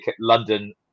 London